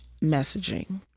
messaging